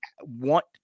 want